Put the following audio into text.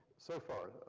so far,